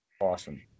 awesome